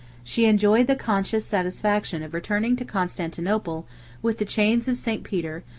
she enjoyed the conscious satisfaction of returning to constantinople with the chains of st. peter,